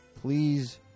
Please